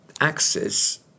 Axis